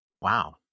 wow